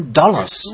dollars